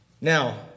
Now